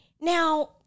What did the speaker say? now